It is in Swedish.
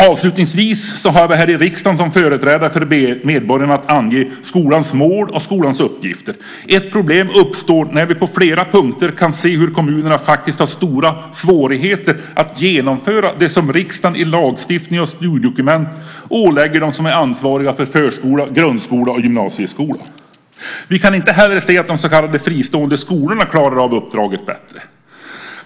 Avslutningsvis har vi här i riksdagen som företrädare för medborgarna att ange skolans mål och uppgifter. Ett problem uppstår när vi på flera punkter kan se att kommunerna faktiskt har stora svårigheter att genomföra det som riksdagen i lagstiftning och styrdokument ålägger dem som är ansvariga för förskola, grundskola och gymnasieskola. Vi kan inte heller se att de så kallade fristående skolorna klarar uppdraget bättre.